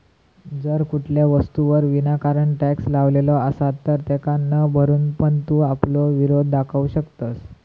जर कुठल्या वस्तूवर विनाकारण टॅक्स लावलो असात तर तेका न भरून पण तू आपलो विरोध दाखवू शकतंस